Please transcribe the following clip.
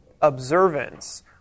observance